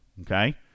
okay